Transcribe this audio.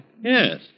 Yes